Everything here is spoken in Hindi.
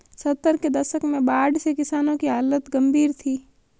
सत्तर के दशक में बाढ़ से किसानों की हालत गंभीर थी